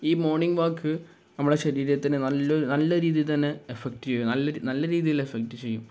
ഈ morning walk നമ്മളെ ശരീരത്തിനു നല്ല നല്ല രീതിയില്ത്തന്നെ എഫെക്ട് ചെയ്യും നല്ല നല്ല രീതിയിൽ എഫെക്റ്റ് ചെയ്യും